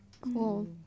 Cool